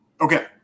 Okay